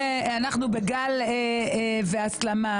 שאנחנו בגל בהסלמה,